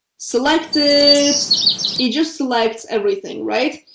select it, it just selects everything right,